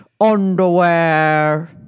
underwear